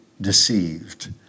deceived